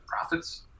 profits